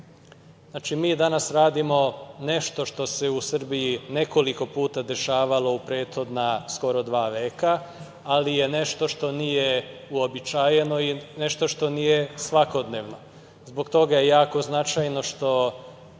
godine. Znači, mi danas radimo nešto što se u Srbiji nekoliko puta dešavalo u prethodna skoro dva veka, ali je nešto što nije uobičajeno i nešto što nije svakodnevno. Zbog toga je jako značajno što